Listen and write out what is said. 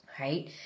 right